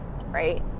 right